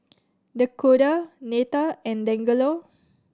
Dakoda Neta and Dangelo